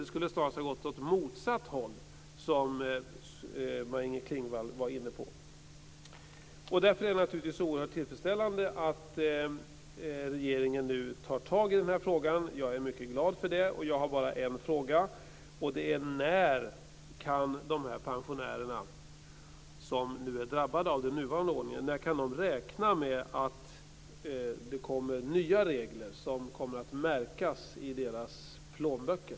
Det skulle snarast ha gått åt motsatt håll, som Maj-Inger Klingvall var inne på. Därför är det naturligtvis oerhört tillfredsställande att regeringen nu tar tag i den här frågan. Jag är mycket glad för det. Jag har bara en fråga: När kan de pensionärer som är drabbade av den nuvarande ordningen räkna med att det kommer nya regler som kommer att märkas i deras plånböcker?